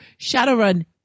Shadowrun